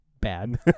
Bad